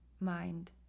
mind